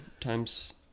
times